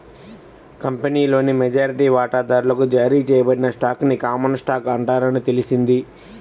కంపెనీలోని మెజారిటీ వాటాదారులకు జారీ చేయబడిన స్టాక్ ని కామన్ స్టాక్ అంటారని తెలిసింది